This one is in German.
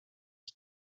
ich